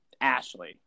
Ashley